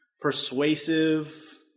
persuasive